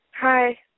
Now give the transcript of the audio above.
Hi